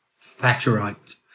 Thatcherite